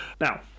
Now